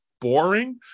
boring